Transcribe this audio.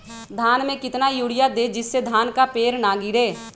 धान में कितना यूरिया दे जिससे धान का पेड़ ना गिरे?